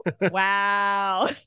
wow